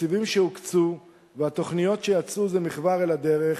התקציבים שהוקצו והתוכניות שיצאו זה מכבר אל הדרך,